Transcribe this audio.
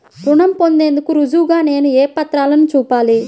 రుణం పొందేందుకు రుజువుగా నేను ఏ పత్రాలను చూపాలి?